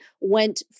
went